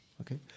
Okay